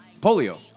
Polio